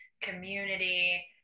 community